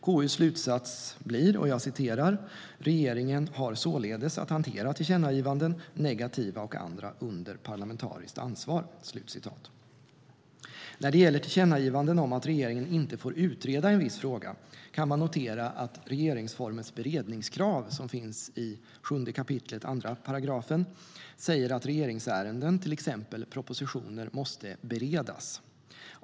KU:s slutsats blir: "Regeringen har således att hantera tillkännagivanden, negativa och andra, under parlamentariskt ansvar." När det gäller tillkännagivanden om att regeringen inte får utreda en viss fråga kan man notera att regeringsformens beredningskrav i 7 kap. 2 § säger att regeringsärenden, till exempel propositioner, måste beredas.